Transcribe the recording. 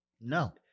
No